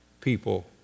people